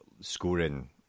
scoring